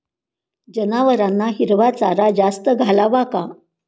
जनावरांना हिरवा चारा जास्त घालावा का?